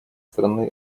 страны